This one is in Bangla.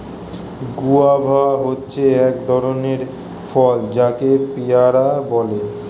গুয়াভা হচ্ছে এক ধরণের ফল যাকে পেয়ারা বলে